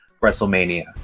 WrestleMania